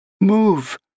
move